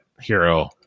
hero